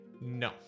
No